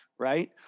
right